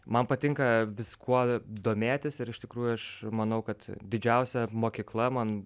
man patinka viskuo domėtis ir iš tikrųjų aš manau kad didžiausia mokykla man